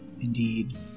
Indeed